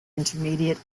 intermediate